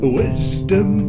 wisdom